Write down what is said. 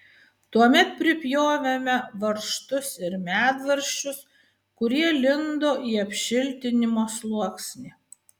tuomet pripjovėme varžtus ir medvaržčius kurie lindo į apšiltinimo sluoksnį